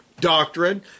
Doctrine